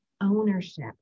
ownership